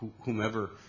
whomever